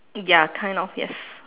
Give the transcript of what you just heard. ya kind of yes